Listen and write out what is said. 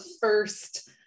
first